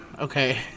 okay